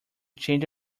change